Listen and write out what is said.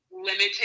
limited